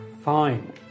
Fine